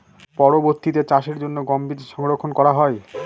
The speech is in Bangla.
পরবর্তিতে চাষের জন্য গম বীজ সংরক্ষন করা হয়?